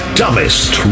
dumbest